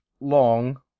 long